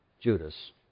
Judas